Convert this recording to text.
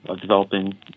developing